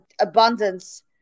abundance